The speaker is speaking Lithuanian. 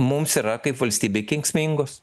mums yra kaip valstybei kenksmingos